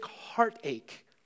heartache